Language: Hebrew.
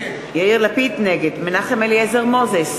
נגד מנחם אליעזר מוזס,